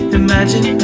imagine